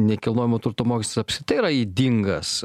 nekilnojamojo turto mokestis apskritai yra ydingas